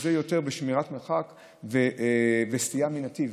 זה יותר בשמירת מרחק וסטייה מנתיב.